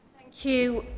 you.